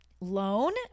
loan